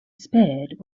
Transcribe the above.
spared